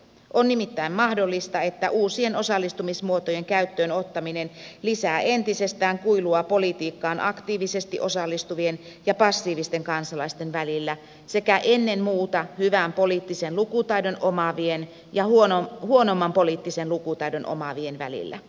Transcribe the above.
on nimittäin mahdollista että uusien osallistumismuotojen käyttöönottaminen lisää entisestään kuilua politiikkaan aktiivisesti osallistuvien ja passiivisten kansalais ten välillä sekä ennen muuta hyvän poliittisen lukutaidon omaavien ja huonomman poliittisen lukutaidon omaavien välillä